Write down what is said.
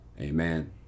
amen